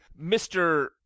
Mr